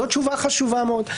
זאת תשובה חשובה מאוד.